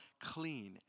clean